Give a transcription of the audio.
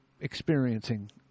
experiencing